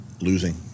losing